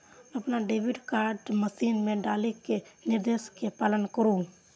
अपन debit card machine मे डालि कें निर्देश के पालन करु